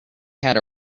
had